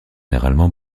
généralement